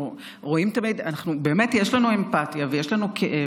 יש לנו אמפתיה וכאב,